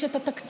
יש את התקציב,